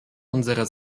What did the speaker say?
unserer